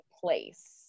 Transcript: Place